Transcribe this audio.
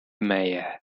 maya